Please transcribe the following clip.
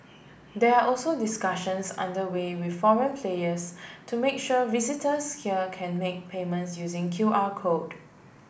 they are also discussions under way with foreign players to make sure visitors here can make payments using Q R code